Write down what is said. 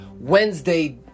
Wednesday